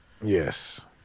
Yes